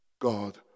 God